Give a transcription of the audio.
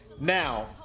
Now